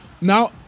now